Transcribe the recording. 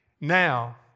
Now